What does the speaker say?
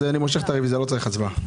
אז אני מושך את הרוויזיה, לא צריך הצבעה.